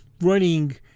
running